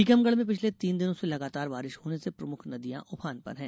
टीकमगढ में पिछले तीन दिनों से लगातार बारिश होने से प्रमुख नदियां उफान पर हैं